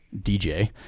DJ